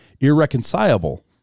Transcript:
irreconcilable